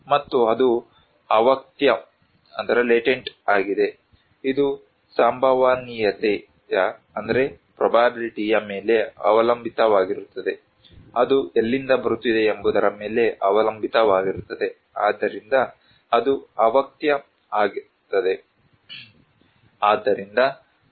ಮತ್ತು ಅದು ಅವ್ಯಕ್ತ ಆಗಿದೆ ಇದು ಸಂಭವನೀಯತೆಯ ಮೇಲೆ ಅವಲಂಬಿತವಾಗಿರುತ್ತದೆ ಅದು ಎಲ್ಲಿಂದ ಬರುತ್ತಿದೆ ಎಂಬುದರ ಮೇಲೆ ಅವಲಂಬಿತವಾಗಿರುತ್ತದೆ ಆದ್ದರಿಂದ ಅದು ಅವ್ಯಕ್ತ ಆಗಿರುತ್ತದೆ